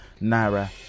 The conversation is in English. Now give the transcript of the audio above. Naira